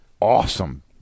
awesome